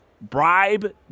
Bribe